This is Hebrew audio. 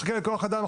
אחכה לכוח אדם,